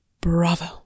Bravo